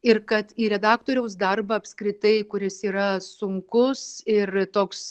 ir kad į redaktoriaus darbą apskritai kuris yra sunkus ir toks